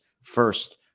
first